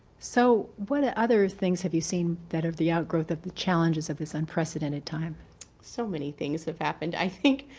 so what ah other things have you seen that of the outgrowth of the challenges of this unprecedented time so many things have happened. think.